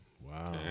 Wow